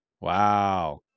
Wow